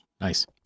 nice